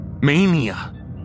mania